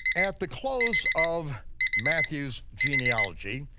at the close of matthew's genealogy,